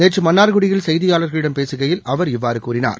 நேற்றுமன்னா்குடியில் செய்தியாளர்களிடம் பேசுகையில் அவர் இவ்வாறுகூறினார்